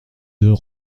deux